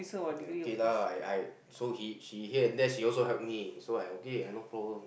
then okay lah I I so he she here and there she also help me so I okay I no problem